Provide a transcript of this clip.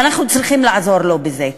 ואנחנו צריכים לעזור לו בזה.